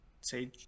say